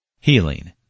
Healing